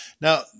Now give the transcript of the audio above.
Now